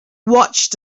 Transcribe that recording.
watched